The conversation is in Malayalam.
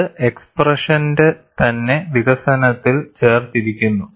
ഇത് എക്സ്പ്രെഷന്റെ തന്നെ വികസനത്തിൽ ചേർത്തിരിക്കുന്നു